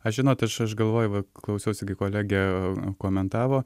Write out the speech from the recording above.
aš žinot aš galvoju va klausiausi kaip kolegė komentavo